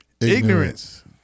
Ignorance